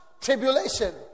tribulation